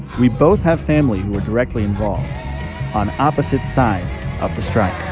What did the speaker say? we both have family who are directly involved on opposite sides of the strike